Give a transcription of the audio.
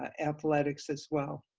athletics as well,